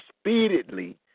speedily